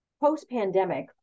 post-pandemic